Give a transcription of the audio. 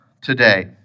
today